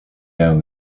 down